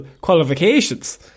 qualifications